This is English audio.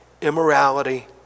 immorality